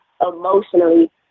emotionally